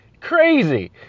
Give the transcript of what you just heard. Crazy